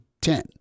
Ten